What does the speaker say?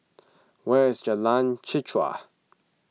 where is Jalan Chichau